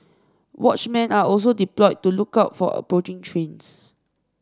watchmen are also deployed to look out for approaching trains